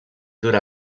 dura